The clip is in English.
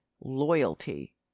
loyalty